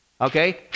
Okay